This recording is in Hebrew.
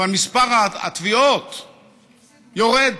אבל מספר התביעות יורד.